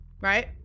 Right